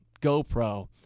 GoPro